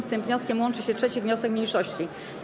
Z tym wnioskiem łączy się 3. wniosek mniejszości.